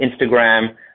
Instagram